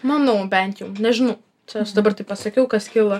manau bent jau nežinau čia aš dabar taip pasakiau kas kilo